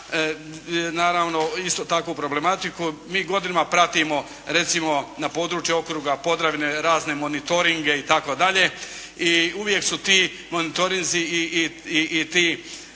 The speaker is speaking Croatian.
naravno isto tako problematiku, mi godinama pratimo recimo na područje okruga Podravine, razne monitoringe itd. i uvijek su ti monitorinzi i ti